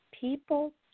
people